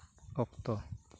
ᱚᱠᱛᱚ